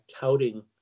touting